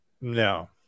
No